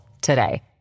today